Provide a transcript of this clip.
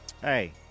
Hey